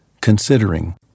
considering